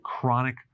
chronic